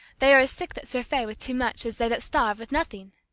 they are as sick that surfeit with too much as they that starve with nothing.